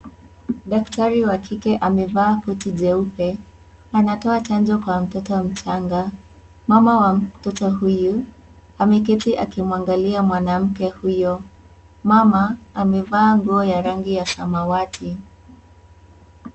Daktari wa kike amevaa koti jeupe anatoa chanjo kwa mtoto mchanga, mama wa mtoto huyu ameketi akimwangalia mwanamke huyo, mama amevaa nguo ya rangi ya samawati.